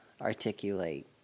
articulate